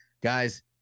Guys